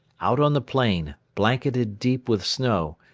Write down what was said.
out on the plain, blanketed deep with snow,